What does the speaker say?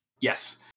Yes